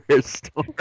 store